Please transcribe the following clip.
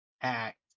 act